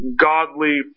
godly